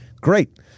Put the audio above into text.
Great